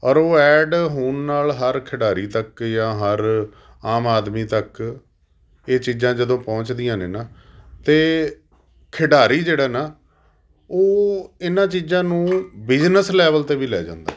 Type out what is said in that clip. ਔਰ ਉਹ ਐਡ ਹੋਣ ਨਾਲ ਹਰ ਖਿਡਾਰੀ ਤੱਕ ਜਾਂ ਹਰ ਆਮ ਆਦਮੀ ਤੱਕ ਇਹ ਚੀਜ਼ਾਂ ਜਦੋਂ ਪਹੁੰਚਦੀਆਂ ਨੇ ਨਾ ਤਾਂ ਖਿਡਾਰੀ ਜਿਹੜਾ ਨਾ ਉਹ ਇਹਨਾਂ ਚੀਜ਼ਾਂ ਨੂੰ ਬਿਜ਼ਨਸ ਲੈਵਲ 'ਤੇ ਵੀ ਲੈ ਜਾਂਦਾ